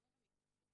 גם הוא במיקור חוץ,